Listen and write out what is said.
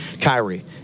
Kyrie